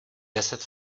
deset